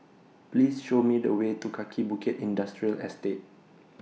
Please Show Me The Way to Kaki Bukit Industrial Estate